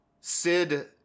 Sid